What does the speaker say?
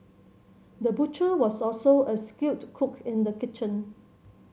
the butcher was also a skilled cook in the kitchen